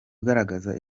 ugaragaza